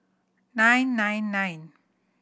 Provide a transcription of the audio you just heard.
nine nine nine